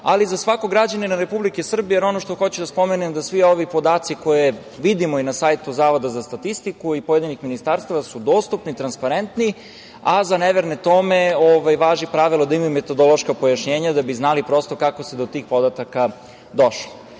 ali i za svakog građanina Republike Srbije, jer ono što hoću da spomenem da svi ovi podaci koje vidimo i na sajtu Zavoda za statistiku i pojedinih ministarstava su dostupni, transparentni a za neverne tome važi pravilo da imaju metodološka pojašnjenja da bi znali prosto kako se to do tih podatka došlo. Kada